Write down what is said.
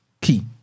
Key